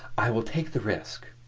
i will take the risk.